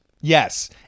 yes